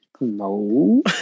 no